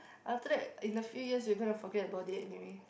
after that in a few years you're gonna forget about it anyway